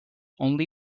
only